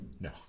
No